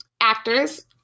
actors